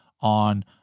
on